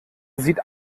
sieht